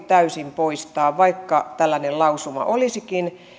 täysin poistaa vaikka tällainen lausuma olisikin